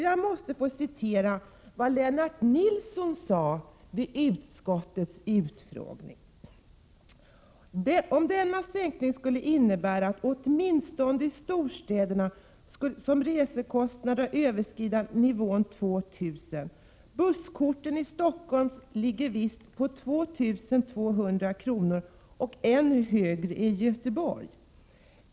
Jag måste få återge vad riksskatteverkets generaldirektör Lennart Nilsson sade om en sänkning av schablonavdraget vid utskottets utfrågning: Åtminstone i storstäderna överskrider resekostnaderna nivån 2 000. Busskorten i Stockholm ligger visst på 2 200 kr. och än högre i Göteborg.